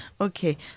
Okay